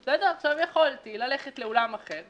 זה היה רלוונטי וקבענו פגישה.